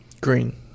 Green